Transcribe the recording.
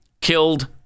killed